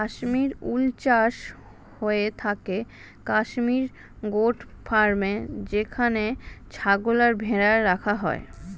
Kashmir wool চাষ হয়ে থাকে কাশ্মীর গোট ফার্মে যেখানে ছাগল আর ভেড়া রাখা হয়